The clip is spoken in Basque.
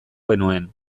genuen